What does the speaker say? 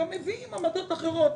מביאים גם עמדות אחרות.